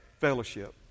Fellowship